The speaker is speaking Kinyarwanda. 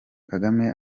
kagame